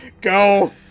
Go